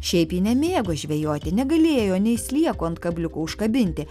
šiaip ji nemėgo žvejoti negalėjo nei slieko ant kabliuko užkabinti